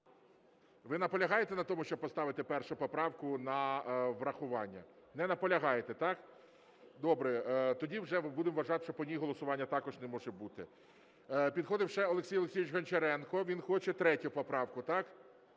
Ви наполягаєте на тому, щоб поставити 1 поправку на врахування? Не наполягаєте, так? Добре, тоді вже будемо вважати, що по ній голосування також не може бути. Підходив ще Олексій Олексійович Гончаренко, він хоче 3 поправку, так?